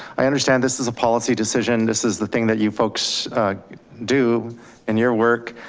i understand this is a policy decision, this is the thing that you folks do in your work.